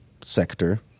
sector